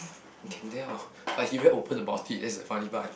can tell hor but he very open about it it's the funny part